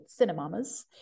Cinemamas